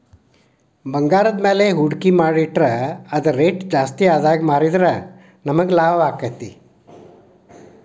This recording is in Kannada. ಭಂಗಾರದ್ಮ್ಯಾಲೆ ಹೂಡ್ಕಿ ಮಾಡಿಟ್ರ ಅದರ್ ರೆಟ್ ಜಾಸ್ತಿಆದಾಗ್ ಮಾರಿದ್ರ ನಮಗ್ ಲಾಭಾಕ್ತೇತಿ